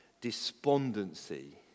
despondency